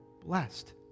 blessed